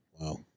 Wow